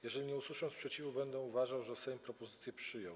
Jeżeli nie usłyszę sprzeciwu, będę uważał, że Sejm propozycję przyjął.